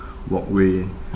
walkway